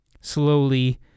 Slowly